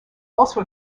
also